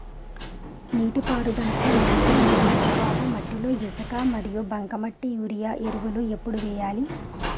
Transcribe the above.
నీటిపారుదలకి ముందు లేదా తర్వాత మట్టిలో ఇసుక మరియు బంకమట్టి యూరియా ఎరువులు ఎప్పుడు వేయాలి?